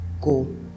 go